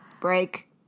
Break